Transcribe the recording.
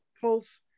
Pulse